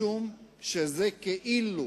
משום שזה כאילו,